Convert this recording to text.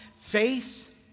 faith